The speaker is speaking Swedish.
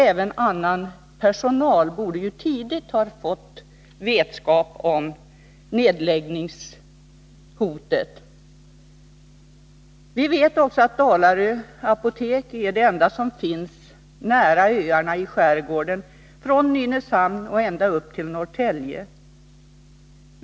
Även annan berörd personal borde ju tidigt ha fått vetskap om nedläggningshotet. Vi vet också att Dalarö apotek är det enda som finns nära öarna i skärgården från Nynäshamn och ända upp till Norrtälje.